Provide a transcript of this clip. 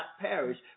perish